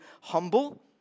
humble